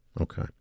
Okay